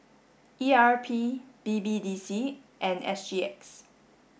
E R P B B D C and S G X